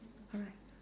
alright